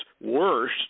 worse